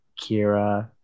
Kira